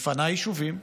מפנה יישובים.